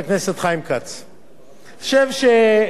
אני חושב, לפני שניכנס לפרטים,